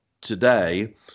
today